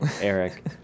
Eric